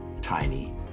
tiny